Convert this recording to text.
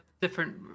different